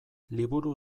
liburu